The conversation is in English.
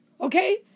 Okay